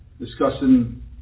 discussing